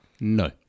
no